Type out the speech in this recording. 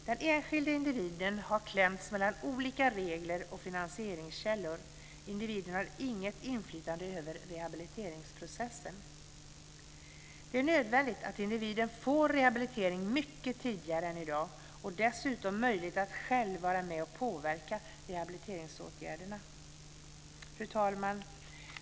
Den enskilde individen har klämts mellan olika regler och finansieringskällor. Individen har inget inflytande över rehabiliteringsprocessen. Det är nödvändigt att individen får rehabilitering mycket tidigare än i dag och dessutom möjlighet att själv vara med och påverka rehabiliteringsåtgärderna. Fru talman!